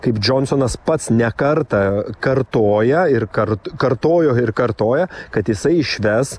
kaip džonsonas pats ne kartą kartoja ir kart kartojo ir kartoja kad jisai išves